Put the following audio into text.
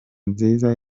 nziza